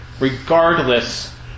regardless